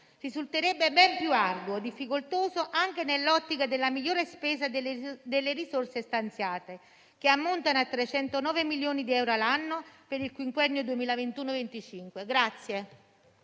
risulterebbe ben più arduo e difficoltoso, anche nell'ottica della migliore spesa delle risorse stanziate, che ammontano a 309 milioni di euro all'anno per il quinquennio 2021-2025.